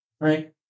right